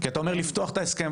כי אתה אומר לפתוח את ההסכם.